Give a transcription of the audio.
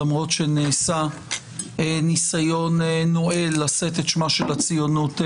למרות שנעשה ניסיון נואל לשאת את שמה של הציונות לשווא.